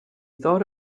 thought